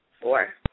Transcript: Four